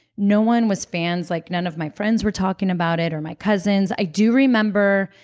no one was fans. like none of my friends were talking about it or my cousins. i do remember,